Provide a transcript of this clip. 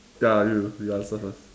ya you you answer first